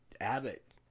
Abbott